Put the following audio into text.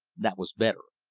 that was better.